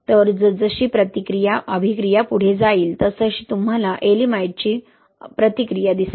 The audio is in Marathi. तर जसजशी प्रतिक्रिया पुढे जाईल तसतशी तुम्हाला येएलिमाइटची प्रतिक्रिया दिसेल